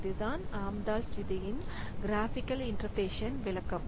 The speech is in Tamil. இதுதான் ஆம்தால்ஸ் விதியின்Amdahl's law கிராஃபிகல் இன்டர்பிரேட்டேஷன் விளக்கம்